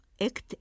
act